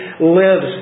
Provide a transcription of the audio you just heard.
lives